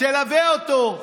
תלווה אותו.